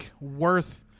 worth